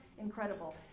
incredible